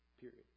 Period